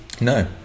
No